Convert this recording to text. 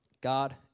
God